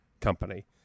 company